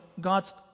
God's